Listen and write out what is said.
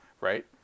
right